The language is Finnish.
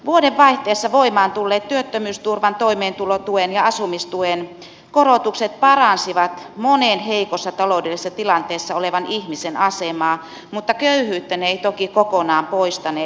vuodenvaihteessa voimaan tulleet työttömyysturvan toimeentulotuen ja asumistuen korotukset paransivat monen heikossa taloudellisessa tilanteessa olevan ihmisen asemaa mutta köyhyyttä ne eivät toki kokonaan poistaneet